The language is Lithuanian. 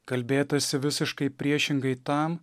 kalbėtasi visiškai priešingai tam